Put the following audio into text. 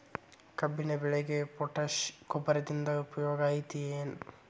ಕಬ್ಬಿನ ಬೆಳೆಗೆ ಪೋಟ್ಯಾಶ ಗೊಬ್ಬರದಿಂದ ಉಪಯೋಗ ಐತಿ ಏನ್?